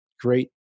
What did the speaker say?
great